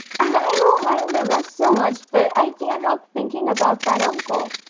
i don't mind the rest so much but i can't help thinking about that uncle.